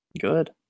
Good